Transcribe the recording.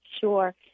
Sure